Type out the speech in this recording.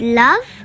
love